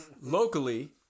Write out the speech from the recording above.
Locally